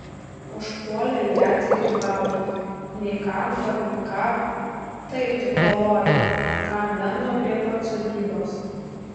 užpuolė jadzę grybaujant nei kando nei ką taip tik palojo kam lenda prie pat sodybos